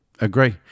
Agree